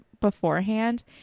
Beforehand